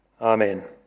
Amen